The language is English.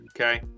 Okay